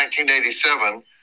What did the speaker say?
1987